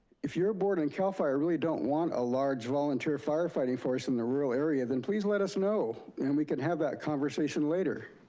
if your board and cal fire really don't want a large volunteer firefighting force in a rural area, then please let us know, and we can have that conversation later.